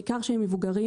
ניכר שהם מבוגרים,